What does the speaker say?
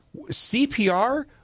CPR